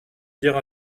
dire